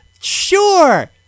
Sure